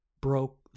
broke